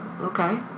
Okay